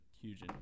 huge